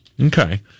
Okay